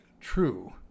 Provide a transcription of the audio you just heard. true